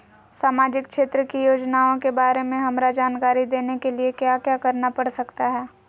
सामाजिक क्षेत्र की योजनाओं के बारे में हमरा जानकारी देने के लिए क्या क्या करना पड़ सकता है?